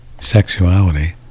sexuality